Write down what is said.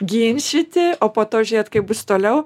ginčyti o po to žiūrėt kaip bus toliau